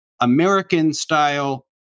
American-style